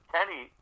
Kenny